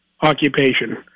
occupation